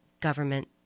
government